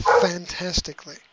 fantastically